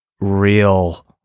real